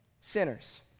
sinners